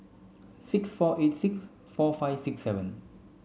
six four eight six four five six seven